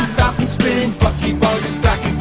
spin and bucky barnes is back